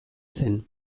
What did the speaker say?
zen